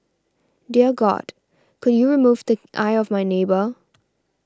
dear god could you remove the eye of my neighbour